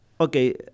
Okay